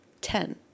Ten